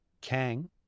Kang